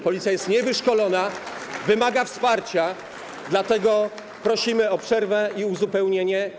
Policja jest niewyszkolona, wymaga wsparcia, dlatego prosimy o przerwę i uzupełnienie.